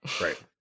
right